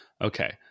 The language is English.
Okay